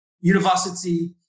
university